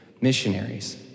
missionaries